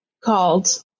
called